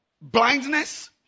Blindness